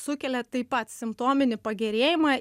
sukelia taip pat simptominį pagerėjimą